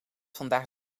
vandaag